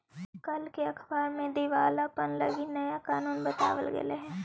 कल के अखबार में दिवालापन लागी नया कानून बताबल गेलई हे